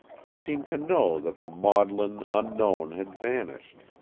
he seemed to know that the maudlin unknown had vanished,